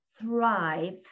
thrive